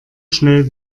schnell